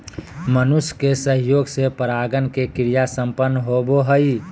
मनुष्य के सहयोग से परागण के क्रिया संपन्न होबो हइ